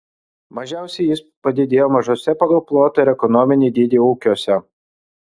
mažiausiai jis padidėjo mažuose pagal plotą ir ekonominį dydį ūkiuose